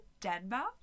Denmark